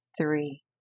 three